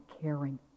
caring